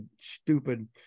stupid